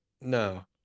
no